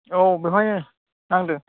औ बेवहायनो नांदों